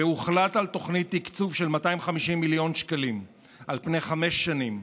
והוחלט על תוכנית תקצוב של 250 מיליון שקלים על פני חמש שנים.